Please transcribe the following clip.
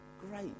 Great